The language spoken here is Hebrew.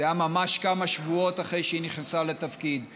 זה היה ממש כמה שבועות אחרי שהיא נכנסה לתפקיד,